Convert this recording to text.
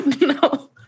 No